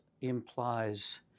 implies